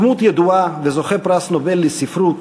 דמות ידועה וזוכה פרס נובל לספרות,